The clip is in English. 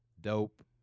Dope